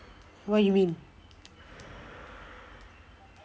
what you mean